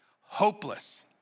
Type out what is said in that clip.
Hopeless